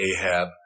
Ahab